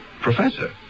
Professor